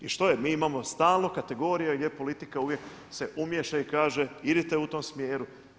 I što je, mi imamo stalno kategorija gdje politika uvijek se umiješa i kaže idite u tom smjeru.